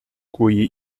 cui